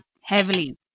heavily